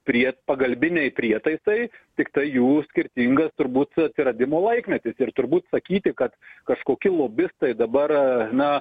prie pagalbiniai prietaisai tiktai jų skirtingas turbūt atsiradimo laikmetis ir turbūt sakyti kad kažkokie lobistai dabar na